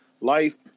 life